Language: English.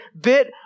bit